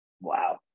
Wow